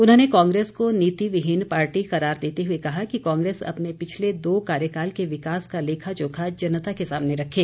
उन्होंने कांग्रेस को नीति विहीन पार्टी करार देते हुए कहा कि कांग्रेस अपने पिछले दो कार्यकाल के विकास का लेखा जोखा जनता के सामने रखे